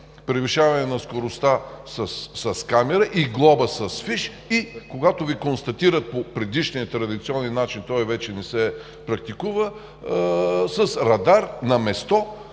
превишаване на скоростта с камера и глоба с фиш и когато Ви констатират по предишния традиционен начин, той вече не се практикува, с радар на място